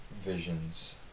visions